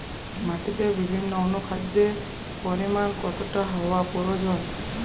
মাটিতে বিভিন্ন অনুখাদ্যের পরিমাণ কতটা হওয়া প্রয়োজন?